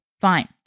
fine